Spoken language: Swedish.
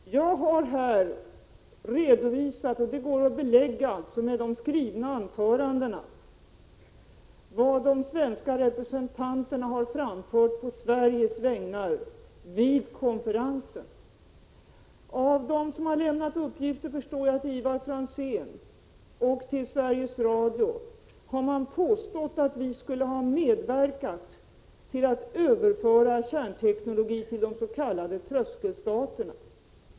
Fru talman! Jag har här redovisat — och det går att belägga med de skrivna anförandena — vad de svenska representanterna har framfört på Sveriges vägnar vid konferensen. Jag förstår att de som lämnat uppgifter till Ivar Franzén och till Sveriges Radio har påstått att vi skulle ha medverkat till att överföra kärnteknologi till de s.k. tröskelstaterna.